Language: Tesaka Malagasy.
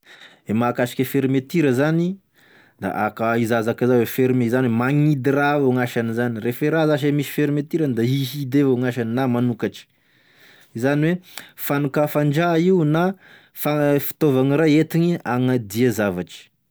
E mahakasiky fermeture zany, da ak- i zaka zà oe fermer, zany oe magnidy raha avao gn'asan'izany refa e raha zase misy fermeturany da hihidy avao gn'asany na manokatry, zany oe fanokafan-draha io na fa- fitaovagna ray entigny hagnadia zavatry.